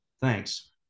Thanks